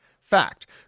Fact